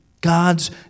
God's